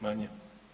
Manje?